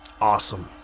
Awesome